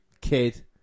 kid